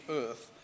earth